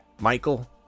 Michael